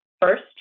First